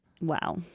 Wow